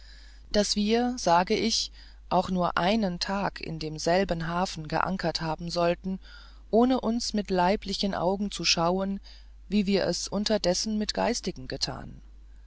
daß wir sage ich auch nur einen tag in demselben hafen geankert haben sollten ohne uns mit leiblichen augen zu schauen wie wir es unterdessen mit geistigen getan